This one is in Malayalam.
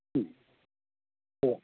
ഓ